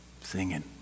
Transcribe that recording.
singing